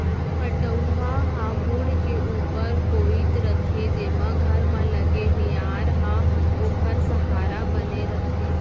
पटउहां ह मुंड़ के ऊपर कोइत रथे जेमा घर म लगे मियार ह ओखर सहारा बने रथे